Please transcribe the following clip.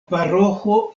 paroĥo